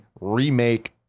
remake